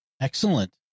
Excellent